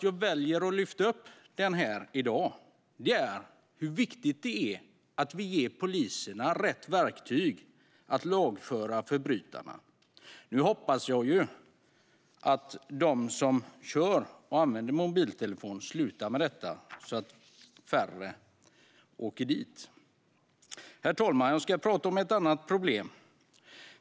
Jag väljer att lyfta upp detta i dag eftersom jag vill säga hur viktigt det är att vi ger poliserna rätt verktyg för att lagföra förbrytarna. Nu hoppas jag att de som kör och använder mobiltelefon slutar med det, så att färre åker dit. Herr talman! Jag ska prata om ett annat problem.